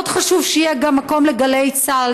מאוד חשוב שיהיה גם מקום לגלי צה"ל,